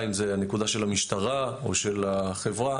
אם זה הנקודה של המשטרה או של החברה.